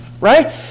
Right